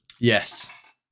Yes